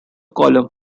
column